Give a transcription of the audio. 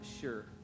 sure